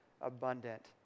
abundant